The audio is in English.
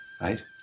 right